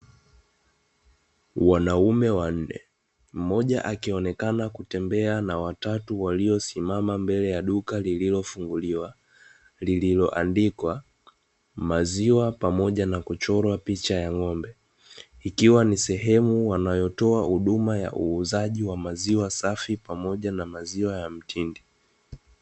Wanaume wanne, mmoja akionekana kutembea na watatu waliosimama mbele ya duka lililofunguliwa lililoandikwa maziwa pamoja na kuchorwa picha ya ng'ombe, ikiwa ni sehemu wanayotoa huduma ya uuzaji wa maziwa safi pamoja na maziwa ya mtindi.